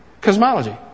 cosmology